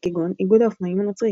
כגון איגוד האופנועים הנוצרי,